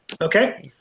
okay